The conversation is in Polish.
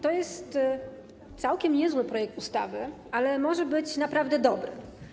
To jest całkiem niezły projekt ustawy, ale może być naprawdę dobry.